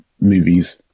movies